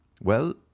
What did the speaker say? Well—